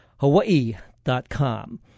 Hawaii.com